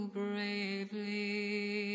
bravely